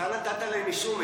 אתה נתת להם אישור,